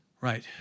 right